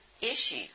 issue